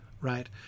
Right